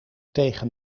tegen